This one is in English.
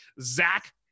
Zach